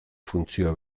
funtzioa